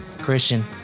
Christian